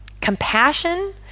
compassion